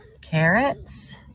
Carrots